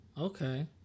Okay